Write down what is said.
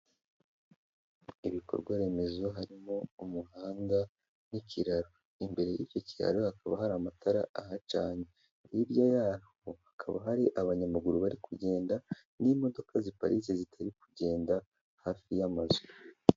Ibikorwaremezo harimo umuhanda n'ikiraro imbere y'icyo kiraro hakaba hari amatara ahacanye, hirya yawo hakaba hari abanyamaguru bari kugenda n'imodoka ziparitse zitari kugenda hafi y'amazu.